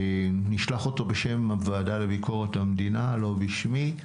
בשם הוועדה לביקורת המדינה לא בשמי.